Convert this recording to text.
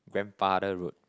grandfather road